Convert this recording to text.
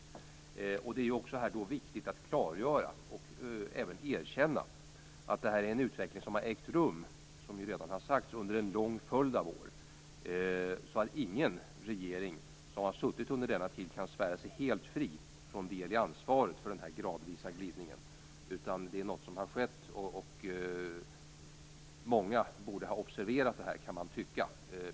Som redan har sagts är det viktigt att klargöra och även erkänna att denna utveckling har ägt rum under en lång följd av år. Ingen regering som har suttit under denna tid kan alltså svära sig helt fri från del i ansvaret för denna gradvisa glidning. Detta är något som har skett, och man kan tycka att många borde ha observerat det.